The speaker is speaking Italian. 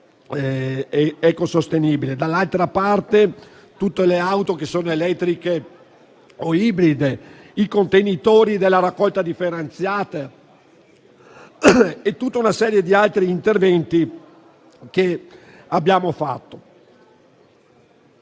menzionare tutte le auto che sono elettriche o ibride, i contenitori della raccolta differenziata e tutta una serie di altri interventi che abbiamo fatto.